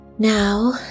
now